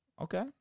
Okay